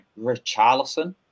Richarlison